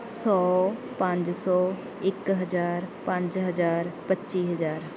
ਸੌ ਪੰਜ ਸੌ ਇੱਕ ਹਜ਼ਾਰ ਪੰਜ ਹਜ਼ਾਰ ਪੱਚੀ ਹਜ਼ਾਰ